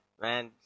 man